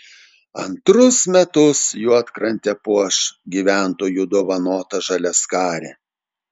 antrus metus juodkrantę puoš gyventojų dovanota žaliaskarė